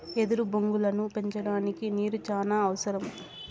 ఎదురు బొంగులను పెంచడానికి నీరు చానా అవసరం